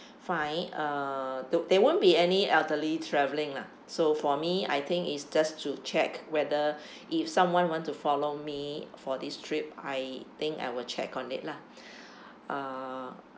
fine uh do there won't be any elderly travelling lah so for me I think it's just to check whether if someone want to follow me for this trip I think I will check on it lah uh